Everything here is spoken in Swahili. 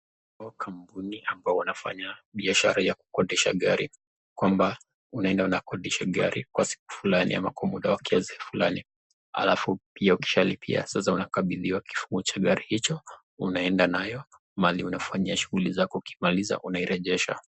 Kwa kampuni ambao wanafanya biashara ya kukodisha gari. Kwamba unaenda unakodisha gari kwa siku fulani ama kwa muda wa kiasi fulani, alafu pia ukishalipia sasa unakabidhiwa kifunguo cha gari hicho. Unaenda nalo mahali unafanyia shughuli zako ukimaliza unairejesha.